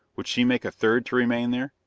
would she make a third to remain there,